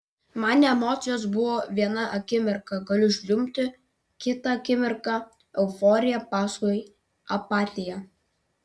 man emocijos buvo vieną akimirką galiu žliumbti kitą akimirką euforija paskui apatija